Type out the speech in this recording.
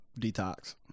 Detox